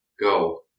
Go